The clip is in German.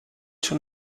schon